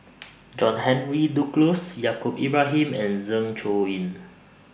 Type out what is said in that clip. John Henry Duclos Yaacob Ibrahim and Zeng Shouyin